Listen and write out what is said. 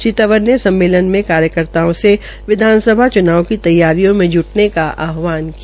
श्री तंवर ने सम्मेलन में कार्यकर्ताओं से विधानसभा चुनाव की तैयारियों में ज्टने का आहवान भी किया